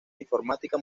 informática